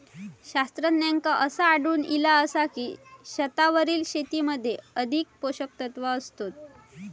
शास्त्रज्ञांका असा आढळून इला आसा की, छतावरील शेतीमध्ये अधिक पोषकतत्वा असतत